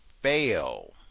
fail